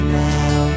now